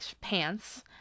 pants